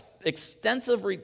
extensive